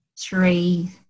three